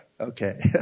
Okay